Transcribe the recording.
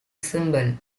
symbol